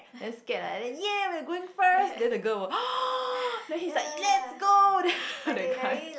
very scared leh then !yay! we are going first then the girl will !huh! then he's like let's go that kind